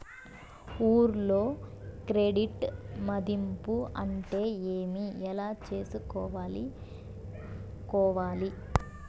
ఊర్లలో క్రెడిట్ మధింపు అంటే ఏమి? ఎలా చేసుకోవాలి కోవాలి?